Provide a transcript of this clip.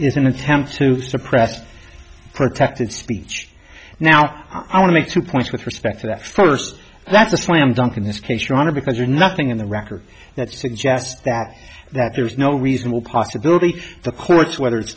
is an attempt to suppress protected speech now i want to make two points with respect to that first that's a slam dunk in this case roger because you're nothing in the record that suggests that that there's no reasonable possibility the courts whether it's